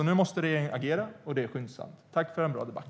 Nu måste regeringen agera - och det skyndsamt. Tack för en bra debatt!